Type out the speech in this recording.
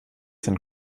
sind